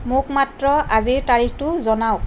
মোক মাত্ৰ আজিৰ তাৰিখটো জনাওক